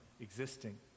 existing